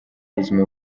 buzima